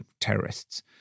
terrorists